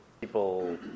people